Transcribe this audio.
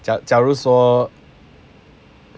假如说